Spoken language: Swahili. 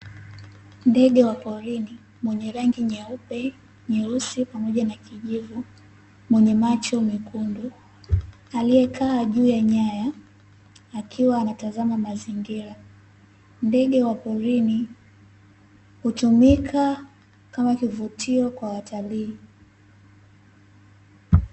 Ndege wa porini, mwenye rangi nyeupe, nyeusi pamoja na kijivu, mwenye macho mekundu, aliyekaa juu ya nyaya, akiwa anatazama mazingira. Ndege wa porini hutumika kama kivutio kwa watalii.